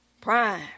Prime